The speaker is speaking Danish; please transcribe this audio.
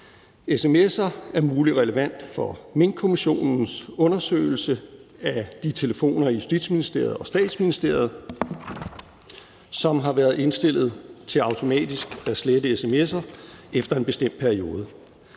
sms'er af mulig relevans for Minkkommissionens undersøgelse af de telefoner i Justitsministeriet og Statsministeriet, som har været indstillet til automatisk at slette sms'er efter en bestemt periode.